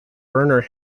werner